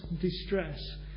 distress